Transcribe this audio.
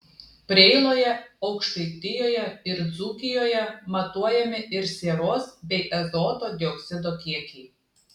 preiloje aukštaitijoje ir dzūkijoje matuojami ir sieros bei azoto dioksido kiekiai